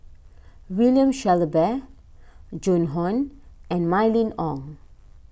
William Shellabear Joan Hon and Mylene Ong